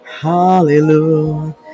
hallelujah